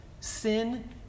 Sin